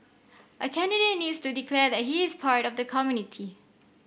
a candidate needs to declare that he is part of the community